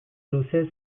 luzez